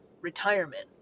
retirement